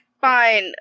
Fine